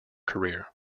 career